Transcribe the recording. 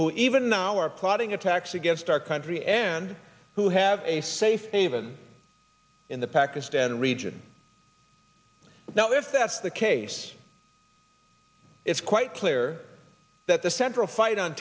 who even now are plotting attacks against our country and who have a safe haven in the pakistan region now if that's the case it's quite clear that the central fight on